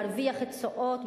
להרוויח תשואות,